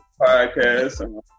Podcast